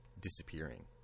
disappearing